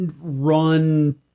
run